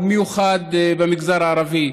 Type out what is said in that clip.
ובמיוחד במגזר הערבי.